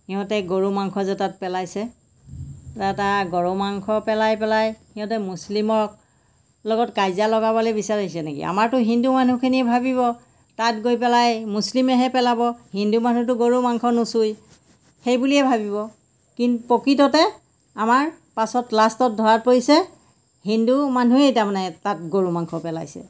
সিহঁতে গৰু মাংস যে তাত পেলাইছে তাত গৰু মাংস পেলাই পেলাই সিহঁতে মুছলিমক লগত কাজিয়া লগাবলৈ বিচাৰিছে নেকি আমাৰতো হিন্দু মানুহখিনিয়ে ভাবিব তাত গৈ পেলাই মুছলিমেহে পেলাব হিন্দু মানুহটো গৰু মাংস নুচুৱেই সেই বুলিয়ে ভাবিব কিন্তু প্ৰকৃততে আমাৰ পাছত লাষ্টত ধৰাত পৰিছে হিন্দু মানুহেই তাৰমানে তাত গৰু মাংস পেলাইছে